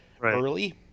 early